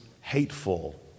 hateful